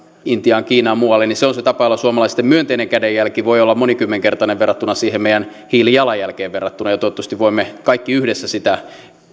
intiaan kiinaan ja muualle on se tapa jolla suomalaisten myönteinen kädenjälki voi olla monikymmenkertainen siihen meidän hiilijalanjälkeen verrattuna toivottavasti voimme kaikki yhdessä sitä